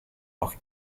nog